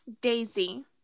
Daisy